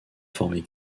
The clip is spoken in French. former